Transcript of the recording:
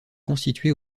constitués